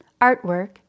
artwork